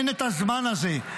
אין את הזמן הזה.